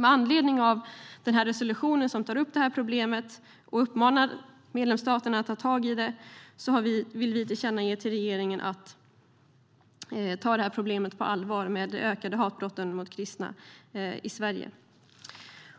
Med anledning av resolutionen, där problemet tas upp och där man uppmanar medlemsstaterna att ta tag i det, vill vi att riksdagen tillkännager för regeringen att ta problemet med de ökade hatbrotten mot kristna i Sverige